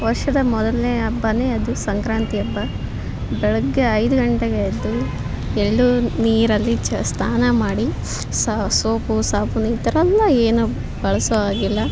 ವರ್ಷದ ಮೊದಲನೇ ಹಬ್ಬನೇ ಅದು ಸಂಕ್ರಾಂತಿ ಹಬ್ಬ ಬೆಳಗ್ಗೆ ಐದು ಗಂಟೆಗೆ ಎದ್ದು ಎಳ್ಳು ನೀರಲ್ಲಿ ಚ ಸ್ನಾನ ಮಾಡಿ ಸ ಸೋಪು ಸಾಬೂನು ಈ ಥರಯೆಲ್ಲ ಏನೂ ಬಳಸೋ ಹಾಗಿಲ್ಲ